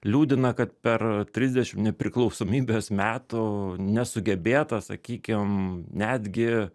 liūdina kad per trisdešim nepriklausomybės metų nesugebėta sakykim netgi